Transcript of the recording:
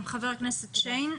חבר הכנסת שיין,